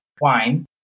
wine